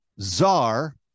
czar